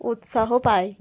উৎসাহ পায়